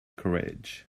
courage